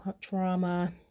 trauma